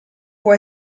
può